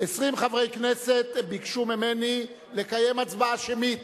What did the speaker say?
20 חברי כנסת ביקשו ממני לקיים הצבעה שמית,